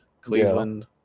Cleveland